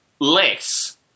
less